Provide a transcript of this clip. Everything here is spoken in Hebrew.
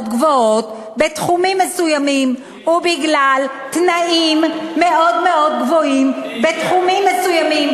גבוהות בתחומים מסוימים ובגלל תנאים מאוד מאוד גבוהים בתחומים מסוימים.